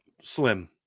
slim